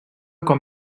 com